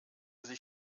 sich